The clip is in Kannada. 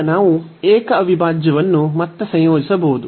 ಈಗ ನಾವು ಏಕ ಅವಿಭಾಜ್ಯವನ್ನು ಮತ್ತೆ ಸಂಯೋಜಿಸಬಹುದು